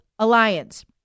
Alliance